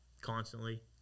constantly